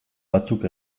batzuk